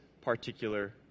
particular